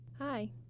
Hi